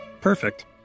Perfect